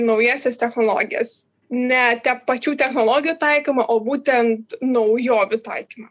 naująsias technologijas ne tiek pačių technologijų taikymą o būtent naujovių taikymą